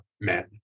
men